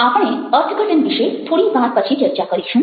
આપણે અર્થઘટન વિશે થોડી વાર પછી ચર્ચા કરીશું